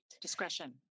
discretion